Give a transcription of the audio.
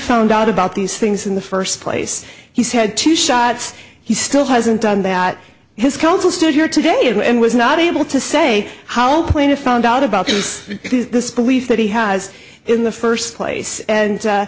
found out about these things in the first place he's had two shots he still hasn't done that his counsel stood here today and was not able to say how plaintiff found out about this this belief that he has in the first place and